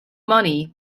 money